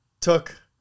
took